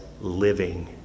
living